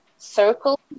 circle